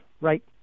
right